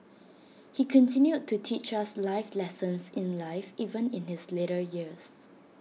he continued to teach us life lessons in life even in his later years